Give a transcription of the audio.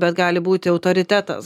bet gali būti autoritetas